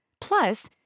Plus